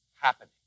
happening